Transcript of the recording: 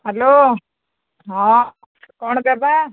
hello ହଁ କ'ଣ ଦେବା